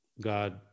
God